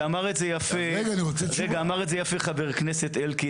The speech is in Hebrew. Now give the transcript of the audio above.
ואמר את זה יפה חבר הכנסת אלקין,